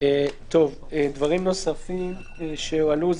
דברים נוספים שהועלו.